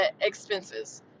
expenses